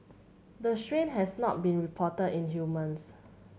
the strain has not been reported in humans